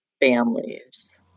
families